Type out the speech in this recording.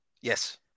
Yes